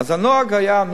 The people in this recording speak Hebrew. אז הנוהג היה,